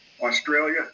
Australia